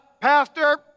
pastor